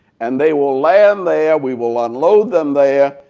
and they will land there. we will unload them there.